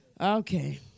Okay